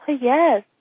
Yes